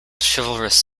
chivalrous